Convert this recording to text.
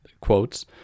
quotes